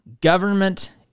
government